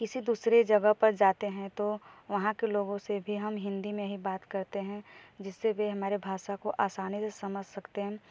और किसी दूसरे जगह पे जाते हैं तो वहाँ के लोगों से भी हम हिंदी में ही बात करते हैं जिससे वे हमारी भाषा को आसानी से समझ सकते हैं